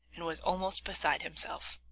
and was almost beside himself.